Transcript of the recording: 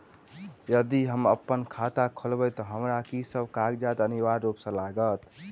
यदि हम अप्पन खाता खोलेबै तऽ हमरा की सब कागजात अनिवार्य रूप सँ लागत?